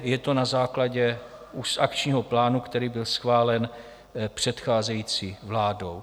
Je to na základě akčního plánu, který byl schválen předcházející vládou.